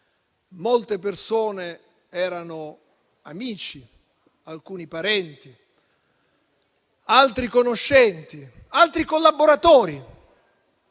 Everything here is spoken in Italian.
Molte persone erano amici, alcuni parenti, altri conoscenti, altri ancora collaboratori.